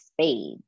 spades